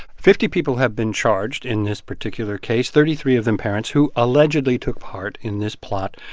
fifty people have been charged in this particular case, thirty three of them parents who allegedly took part in this plot,